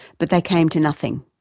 but they came to nothing.